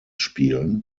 spielen